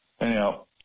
Anyhow